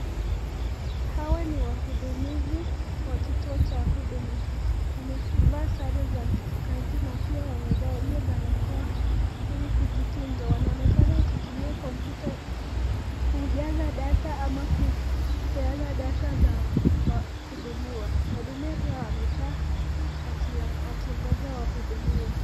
Hawa ni wahudumizi wa kituo cha huduma, wamevaa sare za kikazi na pia wamevalia barakoa ili kujikinga. Wanaonekana wakitumia kompyuta kujaza data ama kupeana data za wahudumiwa. Wahudumiwa pia wamekaa wakigonja wahudumiwe.